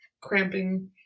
cramping